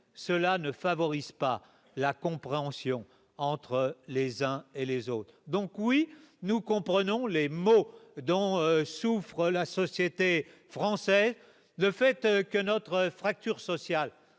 cela ne favorise pas la compréhension entre les uns et les autres, donc oui, nous comprenons les maux dont souffre la société française, le fait que notre fracture sociale